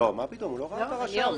לא, מה פתאום, הוא לא ראה את הרשם.